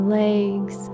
legs